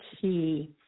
key